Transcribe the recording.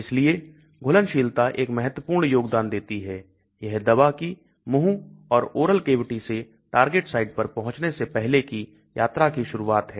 इसलिए घुलनशीलता एक महत्वपूर्ण योगदान देती है यह दवा की मुंह और oral cavity से टारगेट साइट पर पहुंचने से पहले यात्रा की शुरुआत है